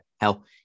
Hell